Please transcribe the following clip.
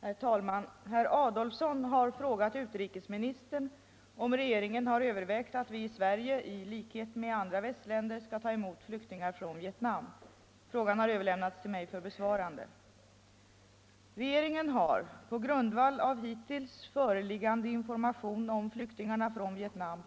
Herr talman! Herr Adolfsson har frågat utrikesministern om regeringen har övervägt att vi i Sverige i likhet med andra västländer skall ta emot flyktingar från Vietnam. Frågan har överlämnats till mig för besvarande. Regeringen har på grundval av hittills föreliggande information om flyktingarna från Vietnam